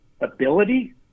ability